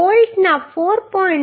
બોલ્ટના 4